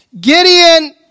Gideon